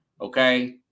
Okay